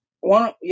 one